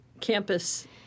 campus